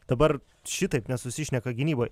dabar šitaip nesusišneka gynyboj